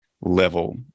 level